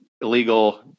illegal